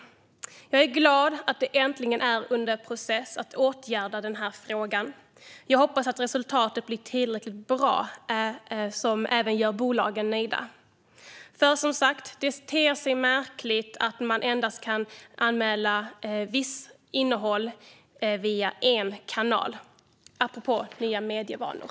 Jag är glad att det äntligen är under process att åtgärda den här frågan. Jag hoppas att det blir ett tillräckligt bra resultat som även gör bolagen nöjda. För som sagt: Det ter sig märkligt att man endast kan anmäla innehåll via en kanal - apropå nya medievanor!